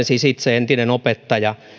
siis itse entinen opettaja